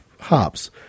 hops